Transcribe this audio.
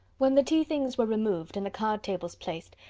when the tea-things were removed, and the card-tables placed,